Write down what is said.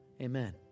Amen